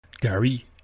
Gary